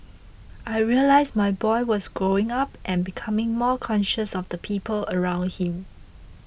I realised my boy was growing up and becoming more conscious of the people around him